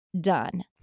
done